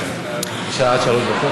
עברו מאז רצח